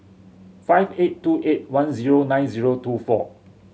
five eight two eight one zero nine zero two four